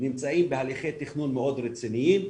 נמצאים בהליכי תכנון מאוד רציניים,